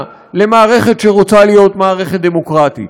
למערכת שרוצה להיות מערכת דמוקרטית.